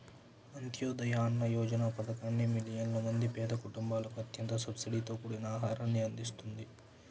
అంత్యోదయ అన్న యోజన పథకాన్ని మిలియన్ల మంది పేద కుటుంబాలకు అత్యంత సబ్సిడీతో కూడిన ఆహారాన్ని అందిస్తుంది